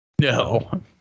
No